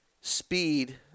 speed